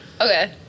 Okay